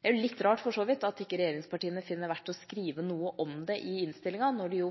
De gjør jo